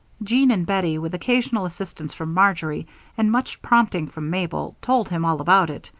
jean and bettie, with occasional assistance from marjory and much prompting from mabel, told him all about it.